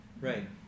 Right